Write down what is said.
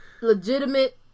legitimate